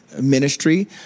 ministry